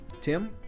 Tim